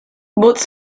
woods